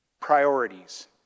Priorities